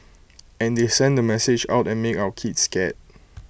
and they send the message out and make our kids scared